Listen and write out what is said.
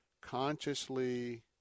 consciously